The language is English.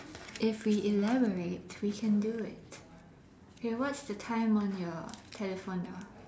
if we elaborate we can do it okay what's the time on your telephone ah